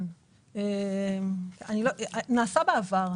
נעשה בעבר.